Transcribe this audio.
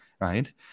right